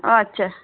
ও আচ্ছা